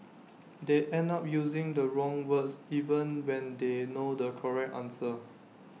they end up using the wrong words even when they know the correct answer